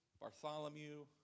Bartholomew